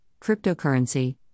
cryptocurrency